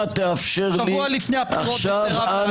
שבוע לפני הבחירות הוא סירב לענות.